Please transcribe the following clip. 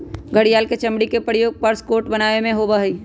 घड़ियाल के चमड़ी के प्रयोग पर्स कोट बनावे में होबा हई